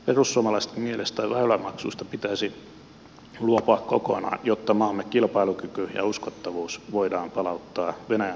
perussuomalaisten mielestä väylämaksuista pitäisi luopua kokonaan jotta maamme kilpailukyky ja uskottavuus voidaan palauttaa venäjän transitoliikenteessä